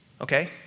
Okay